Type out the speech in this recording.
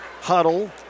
huddle